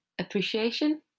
appreciation